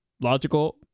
logical